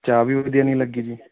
ਚਾਹ ਵੀ ਵਧੀਆ ਨਹੀਂ ਲੱਗੀ ਜੀ